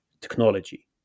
technology